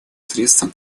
средством